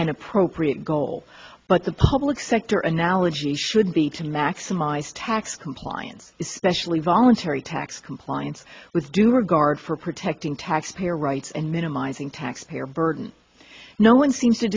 an appropriate goal but the public sector analogy should be to maximize tax compliance especially voluntary tax compliance with due regard for protecting taxpayer rights and minimizing taxpayer burden no one seems to